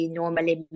normally